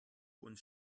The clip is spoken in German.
und